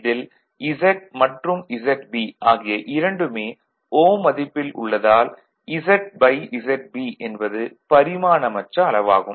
இதில் Z மற்றும் ZB ஆகிய இரண்டுமே Ω மதிப்பில் உள்ளதால் ZZB என்பது பரிமாணமற்ற அளவாகும்